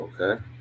Okay